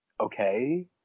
okay